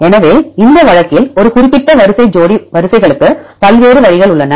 எனவே இந்த வழக்கில் ஒரு குறிப்பிட்ட வரிசை ஜோடி வரிசைகளுக்கு பல்வேறு வழிகள் உள்ளன